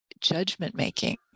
judgment-making